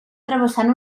travessant